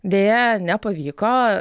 deja nepavyko